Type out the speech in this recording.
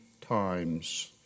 times